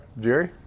Jerry